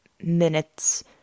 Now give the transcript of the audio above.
minutes